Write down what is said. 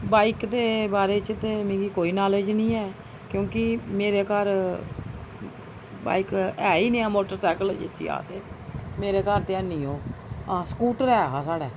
bike दे बारै च ते मिगी कोई नालेज नेईं ऐ क्योंकि मेरे घर बाईक ऐ ही नी मोटरसैकल जिसी आखदे मेरे घर ते हैनी ओह् हां स्कूटर ऐ हा साढ़ै